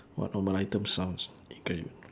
what normal item sounds incredi~